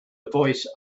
voice